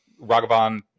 Ragavan